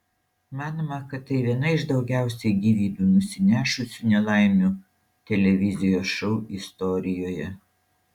manoma kad tai viena iš daugiausiai gyvybių nusinešusių nelaimių televizijos šou istorijoje